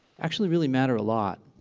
actually really matter a lot.